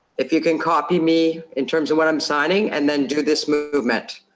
if you can copy me in terms of what i'm signing, and then do this movement,